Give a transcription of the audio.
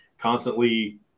Constantly